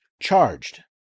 charged